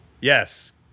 yes